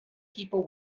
people